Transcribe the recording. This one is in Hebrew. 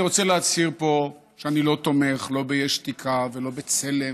אני רוצה להצהיר פה שאני לא תומך לא בשוברים שתיקה ולא בבצלם